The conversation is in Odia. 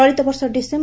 ଚଳିତ ବର୍ଷ ହିସେମ୍